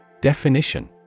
Definition